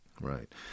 Right